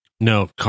No